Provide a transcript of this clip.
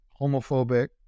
homophobic